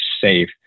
safe